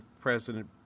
president